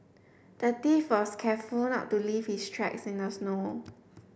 the thief was careful not to leave his tracks in the snow